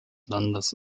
landes